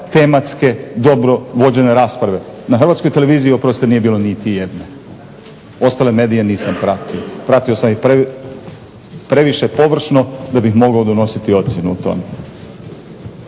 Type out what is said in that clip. tematske dobro vođene rasprave. Na HTV oprostite nije bilo niti jedne. Ostale medije nisam pratio, a pratio sam ih previše površno da bih mogao donositi ocjenu o tome.